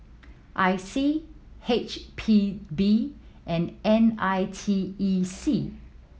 I C H P B and N I T E C